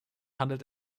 handelt